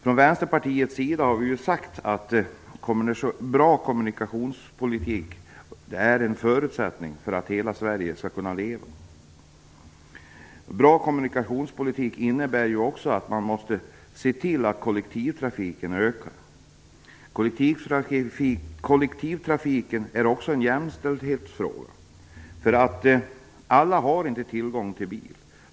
Vi i Vänsterpartiet har sagt att en bra kommunikationspolitik är en förutsättning för att hela Sverige skall kunna leva. En bra kommunikationspolitik innebär också att man måste se till att kollektivtrafiken ökar. Kollektivtrafiken är också en jämställdhetsfråga. Alla har ju inte tillgång till bil.